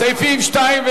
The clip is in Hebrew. סעיפים 2,